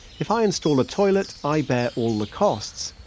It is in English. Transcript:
if i install a toilet, i bear all the costs,